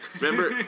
remember